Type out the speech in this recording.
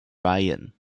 ryan